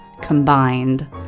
combined